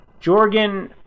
Jorgen